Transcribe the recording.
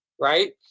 Right